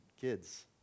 kids